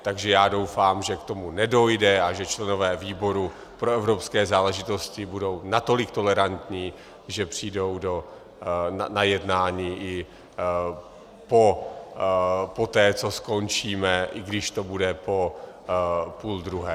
Takže já doufám, že k tomu nedojde a že členové výboru pro evropské záležitosti budou natolik tolerantní, že přijdou na jednání i poté, co skončíme, i když to bude po půl druhé.